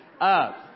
up